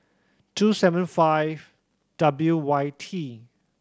two seven five W Y T